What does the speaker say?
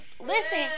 listen